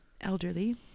elderly